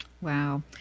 wow